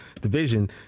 division